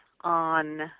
on